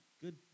good